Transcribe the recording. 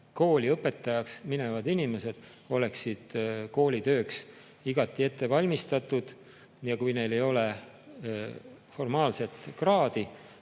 kooli õpetajaks minevad inimesed oleksid koolitööks igati ette valmistatud. Ja kui neil ei ole formaalset kraadi,